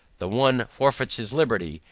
the one forfeits his liberty,